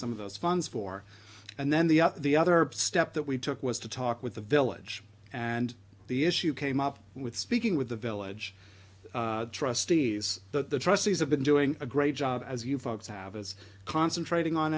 some of those funds for and then the other the other step that we took was to talk with the village and the issue came up with speaking with the village trustees the trustees have been doing a great job as you folks have is concentrating on